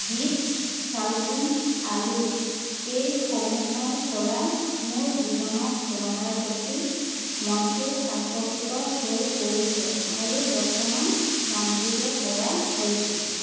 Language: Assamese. বিট ছালগুম আলু এইসমূহৰ পৰা মোৰ জীৱনত ৰন্ধাৰ প্ৰতি মনটো আকৰ্ষিত হৈ পৰিছে আৰু বৰ্তমান ৰান্ধিব পৰা হৈছোঁ